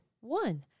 one